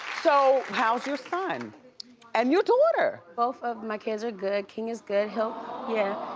so how's your son and your daughter? both of my kids are good, king is good, he'll yeah,